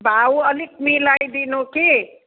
भाउ अलिक मिलाइदिनु कि